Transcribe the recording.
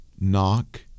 Knock